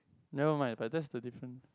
never mind like just the differences